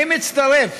אני מצטרף